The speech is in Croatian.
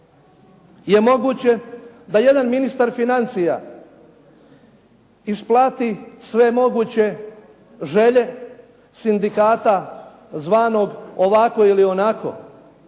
je moguće da jedan ministar financija isplati sve moguće želje sindikata zvanog ovako ili onako?